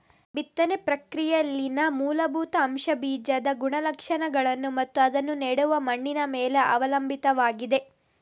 ಬಿತ್ತನೆ ಪ್ರಕ್ರಿಯೆಯಲ್ಲಿನ ಮೂಲಭೂತ ಅಂಶವುಬೀಜದ ಗುಣಲಕ್ಷಣಗಳನ್ನು ಮತ್ತು ಅದನ್ನು ನೆಡುವ ಮಣ್ಣಿನ ಮೇಲೆ ಅವಲಂಬಿತವಾಗಿದೆ